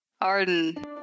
Arden